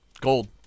Gold